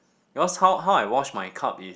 because how how I wash my cup is